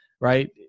Right